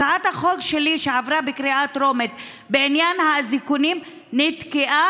הצעת החוק שלי שעברה בקריאה טרומית בעניין האזיקונים נתקעה,